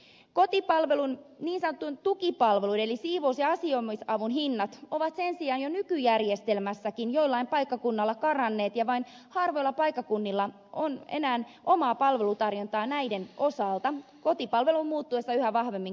kotipalvelun niin sanottujen tukipalveluiden eli siivous ja asioimisavun hinnat ovat sen sijaan jo nykyjärjestelmässäkin joillain paikkakunnalla karanneet ja vain harvoilla paikkakunnilla on enää omaa palvelutarjontaa näiden osalta kotipalvelun muuttuessa yhä vahvemmin kotihoivaksi